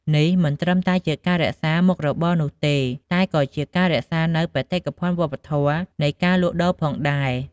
នេះមិនត្រឹមតែជាការរក្សាមុខរបរនោះទេ តែក៏ជាការរក្សានូវបេតិកភណ្ឌវប្បធម៌នៃការលក់ដូរផងដែរ។